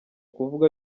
kuvuga